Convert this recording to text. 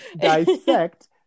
dissect